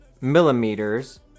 millimeters